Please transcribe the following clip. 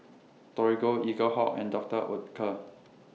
Torigo Eaglehawk and Doctor Oetker